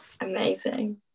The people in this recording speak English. Amazing